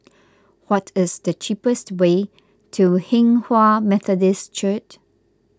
what is the cheapest way to Hinghwa Methodist Church